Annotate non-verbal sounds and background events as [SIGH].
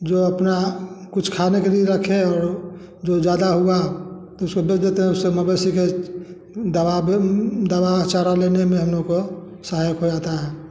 जो अपना कुछ खाने के लिए रखे जो ज़्यादा हुआ उसे बेच देते हैं उससे मवेशी के दावा दावा चारा लेने में हम लोग को सहायक हो जाता है [UNINTELLIGIBLE]